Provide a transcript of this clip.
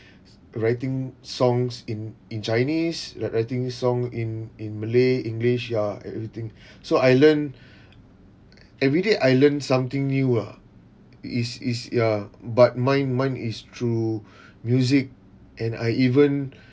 writing songs in in chinese writ~ writing song in in malay english ya everything so I learn everyday I learned something new ah is is ya but mine mine is through music and I even